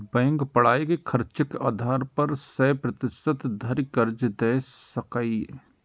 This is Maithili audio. बैंक पढ़ाइक खर्चक आधार पर सय प्रतिशत धरि कर्ज दए सकैए